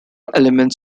elements